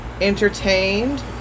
entertained